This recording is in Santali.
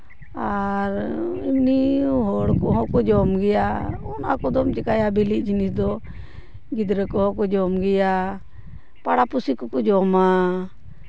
ᱟᱨ ᱮᱢᱱᱤ ᱦᱚᱲ ᱠᱚᱦᱚᱸ ᱠᱚ ᱡᱚᱢ ᱜᱮᱭᱟ ᱚᱱᱟ ᱠᱚᱫᱚᱢ ᱪᱤᱠᱟᱹᱭᱟ ᱵᱤᱞᱤ ᱡᱤᱱᱤᱥ ᱫᱚ ᱜᱤᱫᱽᱨᱟᱹ ᱠᱚᱦᱚᱸ ᱠᱚ ᱡᱚᱢ ᱜᱮᱭᱟ ᱯᱟᱲᱟ ᱯᱩᱲᱥᱤ ᱠᱚᱠᱚ ᱡᱚᱢᱟ